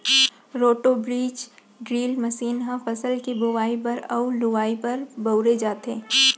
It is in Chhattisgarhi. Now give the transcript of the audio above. रोटो बीज ड्रिल मसीन ह फसल के बोवई बर अउ लुवाई बर बउरे जाथे